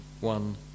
one